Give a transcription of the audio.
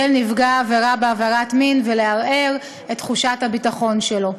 נפגע העבירה בעבירת מין ולערער את תחושת הביטחון שלו.